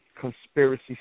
conspiracy